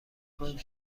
کنید